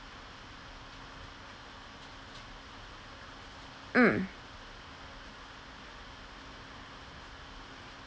mm